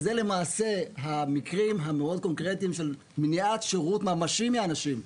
זה למעשה המקרים המאוד קונקרטיים של מניעת שירות ממשי מאנשים.